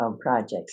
projects